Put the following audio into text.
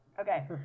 Okay